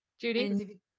Judy